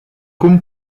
cum